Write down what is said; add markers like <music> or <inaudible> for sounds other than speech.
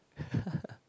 <laughs>